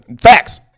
Facts